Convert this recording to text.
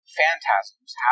phantasms